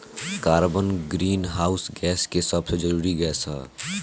carbon greenhouse gas के सबसे जरूरी गैस ह